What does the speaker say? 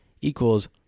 equals